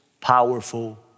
powerful